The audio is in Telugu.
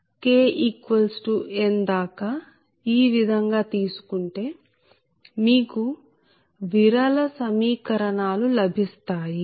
k n ఈ విధంగా తీసుకుంటే మీకు విరళ సమీకరణాలు లభిస్తాయి